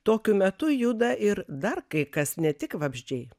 tokiu metu juda ir dar kai kas ne tik vabzdžiai